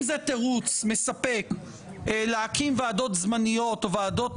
אם זה תירוץ מספק להקים ועדות זמניות או ועדות